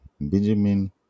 Benjamin